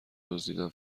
دزدیدن